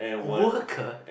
worker